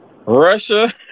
Russia